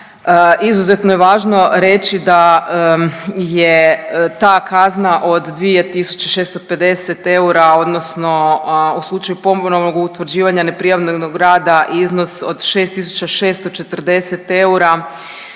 Izuzetno je važno reći da je ta kazna od 2.650 eura odnosno u slučaju ponovnog utvrđivanja neprijavljenog rad iznos od 6.640 eura